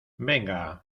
venga